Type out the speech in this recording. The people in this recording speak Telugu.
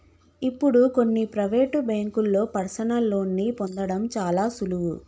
ఇప్పుడు కొన్ని ప్రవేటు బ్యేంకుల్లో పర్సనల్ లోన్ని పొందడం చాలా సులువు